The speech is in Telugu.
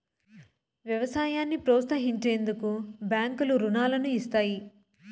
వ్యవసాయాన్ని ప్రోత్సహించేందుకు బ్యాంకులు రుణాలను ఇస్తాయి